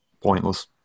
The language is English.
Pointless